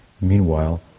Meanwhile